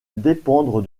dépendre